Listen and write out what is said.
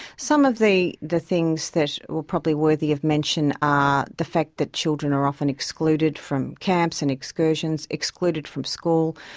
some of the the things that were probably worthy of mention are the fact that children are often excluded from camps and excursions, excluded from school,